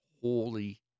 holy